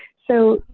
so,